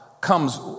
comes